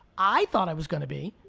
i thought i was gonna be.